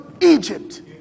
Egypt